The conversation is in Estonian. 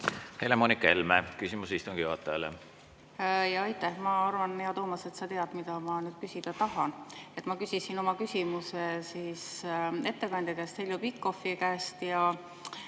Helle-Moonika Helme, küsimus istungi juhatajale. Aitäh! Ma arvan, hea Toomas, et sa tead, mida ma nüüd küsida tahan. Ma küsisin oma küsimuse ettekandja Heljo Pikhofi käest ja